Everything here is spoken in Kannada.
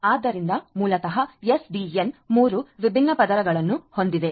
ಆದ್ದರಿಂದ ಮೂಲತಃ ಎಸ್ ಡಿಎನ್ 3 ವಿಭಿನ್ನ ಪದರಗಳನ್ನು ಹೊಂದಿದೆ